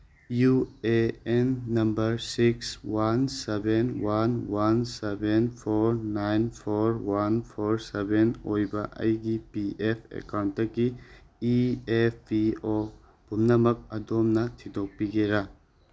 U A N number six one seven one one seven four nine four one four seven ꯑꯣꯏꯕ ꯑꯩꯒꯤ P F ꯑꯦꯀꯥꯎꯟꯗꯒꯤ E F P O ꯄꯨꯝꯅꯃꯛ ꯑꯗꯣꯝꯅ ꯊꯤꯗꯣꯛꯄꯤꯒꯦꯔꯥ